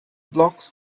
blocks